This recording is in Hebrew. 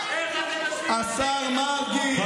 השר מרגי,